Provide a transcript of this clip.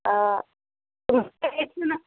آ